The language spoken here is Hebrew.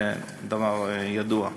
זה דבר ידוע.